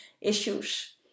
issues